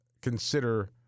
consider